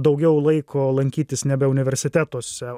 daugiau laiko lankytis nebe universitetuose